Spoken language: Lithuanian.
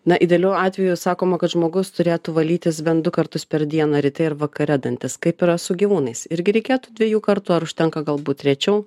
na idealiu atveju sakoma kad žmogus turėtų valytis bent du kartus per dieną ryte ir vakare dantis kaip yra su gyvūnais irgi reikėtų dviejų kartu ar užtenka galbūt rečiau